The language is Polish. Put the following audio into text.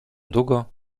długo